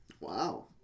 Wow